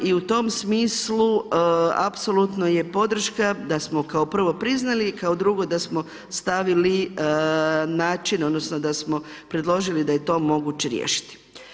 I u tom smislu apsolutno je podrška da smo kao prvo priznali i kao drugo da smo stavili način odnosno da smo predložili da je to moguće riješiti.